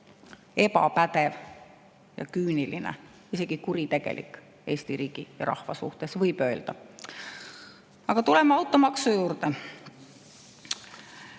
ebapädev ja küüniline, samuti isegi kuritegelik Eesti riigi ja rahva suhtes, võib öelda. Aga tuleme automaksu juurde.